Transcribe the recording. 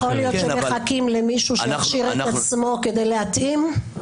יכול להיות שמחכים למישהו שיכשיר את עצמו כדי להתאים?